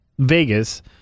Vegas